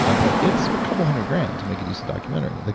ah but, it's a couple hundred grand to make a decent documentary. like